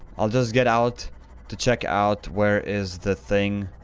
i'll just get out to check out, where is the thing.